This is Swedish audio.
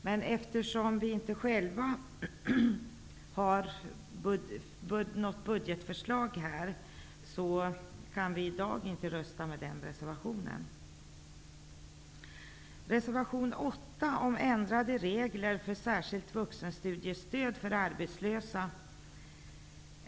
Men eftersom vi själva inte har något budgetförslag här kan vi i dag inte rösta för den aktuella reservationen. Reservation 8 gäller ändrade regler för särskilt vuxenstudiestöd för arbetslösa.